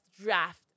draft